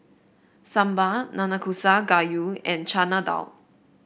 Sambar Nanakusa Gayu and Chana Dal